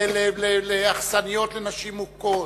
לאכסניות לנשים מוכות.